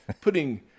Putting